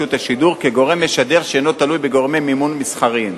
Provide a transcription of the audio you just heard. השידור כגורם משדר שאינו תלוי בגורמי מימון מסחריים.